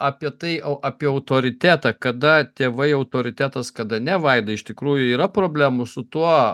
apie tai o apie autoritetą kada tėvai autoritetas kada ne vaidai iš tikrųjų yra problemų su tuo